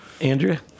Andrea